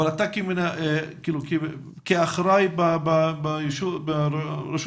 אבל אתה כאחראי ברשות